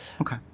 okay